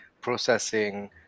processing